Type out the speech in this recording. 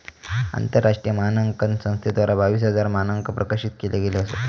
आंतरराष्ट्रीय मानांकन संस्थेद्वारा बावीस हजार मानंक प्रकाशित केले गेले असत